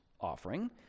offering